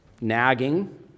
nagging